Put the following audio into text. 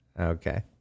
Okay